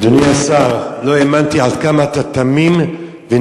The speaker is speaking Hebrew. אדוני השר, לא האמנתי עד כמה אתה תמים ונאיבי.